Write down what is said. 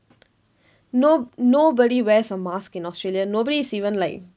no~ nobody wears a mask in australia nobody is even like